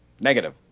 Negative